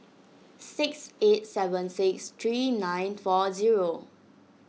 six eight seven six three nine four zero